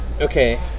Okay